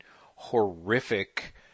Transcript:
horrific